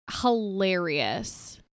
hilarious